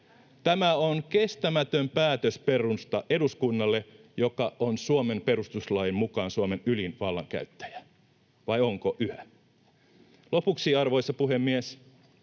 Tämä on kestämätön päätösperusta eduskunnalle, joka on Suomen perustuslain mukaan Suomen ylin vallankäyttäjä — vai onko yhä? Lopuksi, arvoisa puhemies,